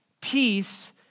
Peace